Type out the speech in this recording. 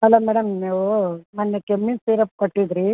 hello madam ನೀವು ಮೊನ್ನೆ ಕೆಮ್ಮಿನ ಸಿರಪ್ ಕೊಟ್ಟಿದ್ದಿರಿ